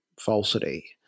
falsity